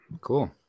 cool